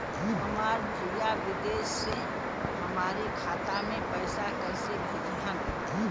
हमार भईया विदेश से हमारे खाता में पैसा कैसे भेजिह्न्न?